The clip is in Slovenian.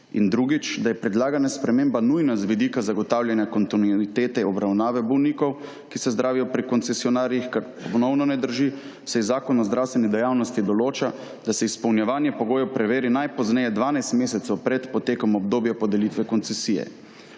drugič, da je predlagana sprememba nujna z vidika zagotavljanja kontinuitete obravnave bolnikov, ki se zdravijo pri koncesionarjih, kar ponovno ne drži, saj zakon o zdravstveni dejavnosti določa, da se izpolnjevanje pogojev preveri najpozneje 12 mesecev pred potekom obdobja podelitve koncesije.